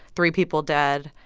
three people dead.